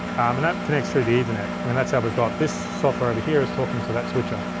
um and that connects through the ethernet. and that's how we've got this software over here is talking to that switcher,